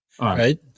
Right